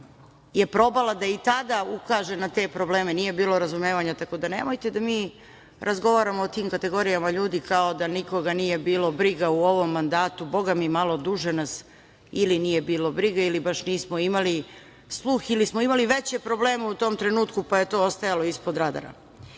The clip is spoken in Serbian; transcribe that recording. je probala da i tada ukaže na te probleme. Nije bilo razumevanja, tako da nemojte da mi razgovaramo o tim kategorijama, ljudi kao da nikoga nije bilo briga u ovom mandatu. Bogami malo duže ili nije bilo briga ili baš nismo imali sluh, ili smo imali veće probleme u tom trenutku, pa je to ostajalo ispod